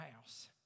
house